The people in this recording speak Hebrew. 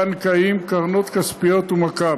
קרנות כספיות ומק"מ.